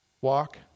walk